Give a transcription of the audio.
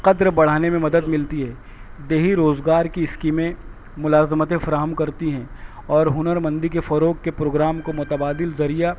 قدر بڑھانے میں مدد ملتی ہے دیہی روزگار کی اسکیمیں ملازمتیں فراہم کرتی ہیں اور ہنرمندی کے فروغ کے پروگرام کو متبادل ذریعہ